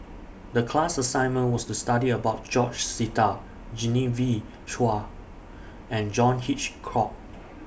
The class assignment was to study about George Sita Genevieve Chua and John Hitchcock